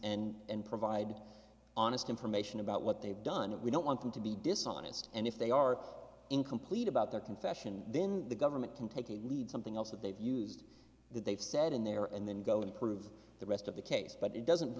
and and provide honest information about what they've done and we don't want them to be dishonest and if they are incomplete about their confession then the government can take a lead something else that they've used that they've said in there and then go and prove the rest of the case but it doesn't